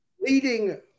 leading